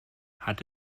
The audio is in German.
hat